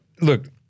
Look